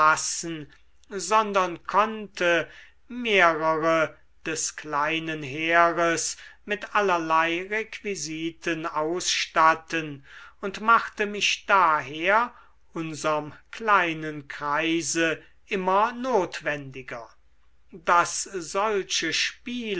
sondern konnte mehrere des kleinen heeres mit allerlei requisiten ausstatten und machte mich daher unserm kleinen kreise immer notwendiger daß solche